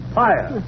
fire